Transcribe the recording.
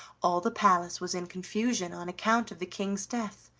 all the palace was in confusion on account of the king's death,